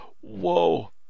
Whoa